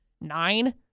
nine